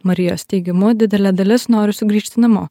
marijos teigimu didelė dalis nori sugrįžti namo